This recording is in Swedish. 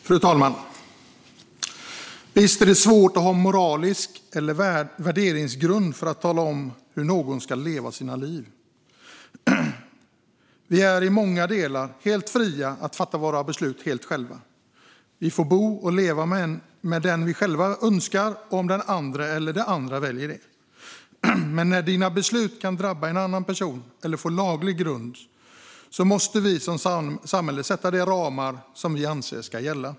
Fru talman! Visst är det svårt att ha en moralisk grund eller en värderingsgrund för att tala om hur någon ska leva sitt liv. Vi är i många delar helt fria att fatta våra beslut själva. Vi får bo och leva med den eller dem vi själva önskar om den andra eller de andra väljer det. Men när besluten kan drabba en annan person eller få laglig grund måste vi som samhälle sätta de ramar som vi anser ska gälla.